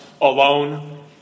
alone